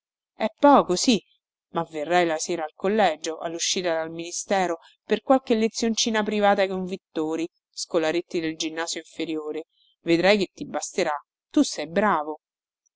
è poco sì ma verrai la sera al collegio alluscita dal ministero per qualche lezioncina privata ai convittori scolaretti del ginnasio inferiore vedrai che ti basterà tu sei bravo